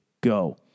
go